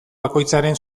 bakoitzaren